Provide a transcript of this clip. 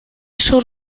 schon